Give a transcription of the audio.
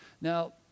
Now